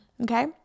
okay